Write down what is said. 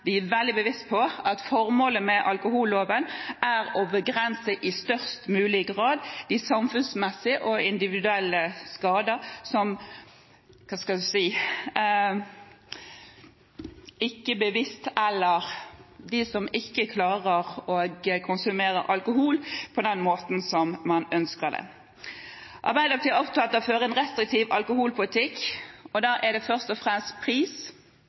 vi er veldig bevisste på at formålet med alkoholloven er i størst mulig grad å begrense de samfunnsmessige og individuelle skadene som skyldes dem som ikke klarer å konsumere alkohol på den måten som man ønsker det. Arbeiderpartiet er opptatt av å føre en restriktiv alkoholpolitikk, og da er det først og fremst pris,